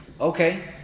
Okay